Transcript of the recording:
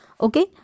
Okay